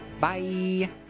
Bye